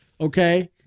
Okay